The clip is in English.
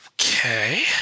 Okay